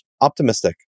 optimistic